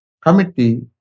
Committee